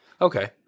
Okay